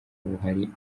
buhari